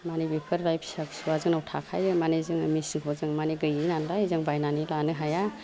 मानि बेफोरलाय फिसा फिसाया जोंनाव थाखायो मानि जोङो मिसिनखौ जों मानि गोयि नालाय जों बायनानै लानो हाया